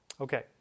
Okay